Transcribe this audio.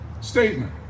statement